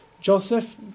Joseph